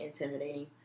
intimidating